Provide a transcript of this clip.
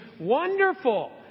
wonderful